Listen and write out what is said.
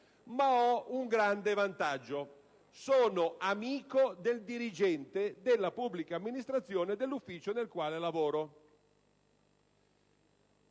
ma ho un grande vantaggio: sono amico del dirigente della pubblica amministrazione dell'ufficio nel quale lavoro.